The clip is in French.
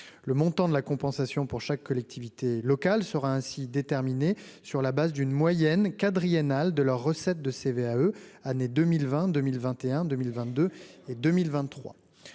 le montant de la compensation pour chaque collectivité locale sera ainsi déterminé sur la base d'une moyenne quadriennal de leurs recettes de CVAE année 2020, 2021 2000 22 et 2023